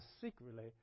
secretly